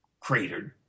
cratered